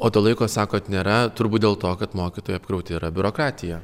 o to laiko sakot nėra turbūt dėl to kad mokytojai apkrauti yra biurokratija